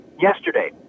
yesterday